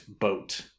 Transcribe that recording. boat